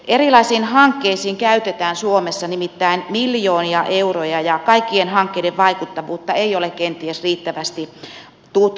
erilaisiin hankkeisiin käytetään suomessa nimittäin miljoonia euroja ja kaikkien hankkeiden vaikuttavuutta ei ole kenties riittävästi tutkittu